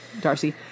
Darcy